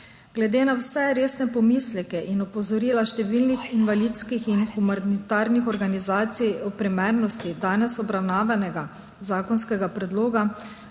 Glede na vse resne pomisleke in opozorila številnih invalidskih in humanitarnih organizacij o primernosti danes obravnavanega zakonskega predloga